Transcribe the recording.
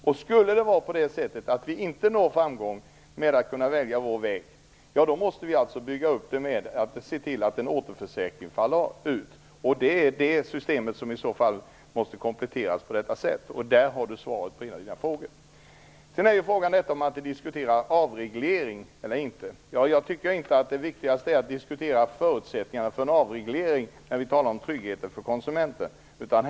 Om vi inte når framgång och kan välja vår väg, måste vi alltså bygga upp ett system med återförsäkringar som faller ut. Det systemet måste i så fall kompletteras. Där har Agne Hansson svaret på en av sina frågor. Sedan är det frågan om vi skall diskutera avreglering eller inte. Jag tycker inte att det viktigaste är att diskutera förutsättningarna för en avreglering när vi talar om tryggheten för konsumenten.